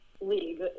league